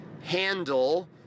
handle